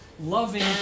Loving